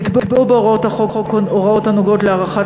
נקבעו בהוראות החוק הוראות הנוגעות להארכת